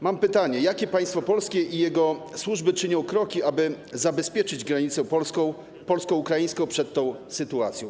Mam pytanie: Jakie państwo polskie i jego służby czynią kroki, aby zabezpieczyć granicę polsko-ukraińską w tej sytuacji?